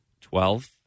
Twelve